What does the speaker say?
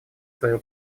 свою